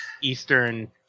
eastern